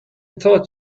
thought